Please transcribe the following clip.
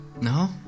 No